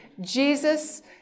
Jesus